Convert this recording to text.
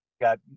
got